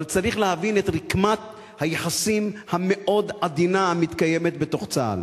אבל צריך להבין את רקמת היחסים המאוד-עדינה המתקיימת בתוך צה"ל.